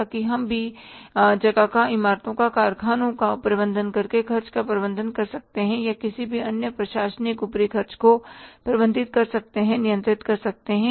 ताकि हम भी जगह का इमारतों का कारखानों का प्रबंधन करके खर्च का प्रबंधन कर सकते हैं या किसी भी अन्य प्रशासनिक ऊपरी खर्च को प्रबंधित कर सकते हैंनियंत्रित कर सकते हैं